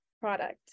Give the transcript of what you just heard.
product